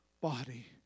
body